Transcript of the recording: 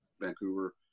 Vancouver